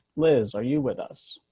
liz, are you with us.